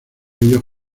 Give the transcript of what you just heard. bello